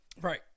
Right